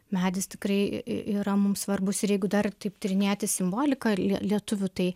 medis tikrai yra mums svarbus ir jeigu dar taip tyrinėti simboliką lie lietuvių tai